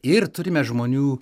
ir turime žmonių